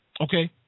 okay